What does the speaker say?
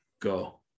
Go